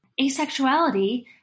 asexuality